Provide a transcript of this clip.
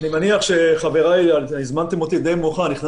שום קניון בעיר אדומה לא נפתח.